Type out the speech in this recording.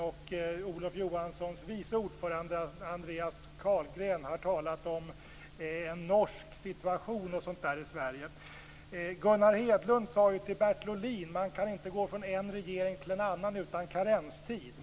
Olof Johanssons vice ordförande Andreas Carlgren har talat om en norsk situation i Sverige - eller något sådant. Gunnar Hedlund sade ju till Bertil Ohlin: Man kan inte gå från en regering till en annan utan karenstid.